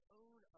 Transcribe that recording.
own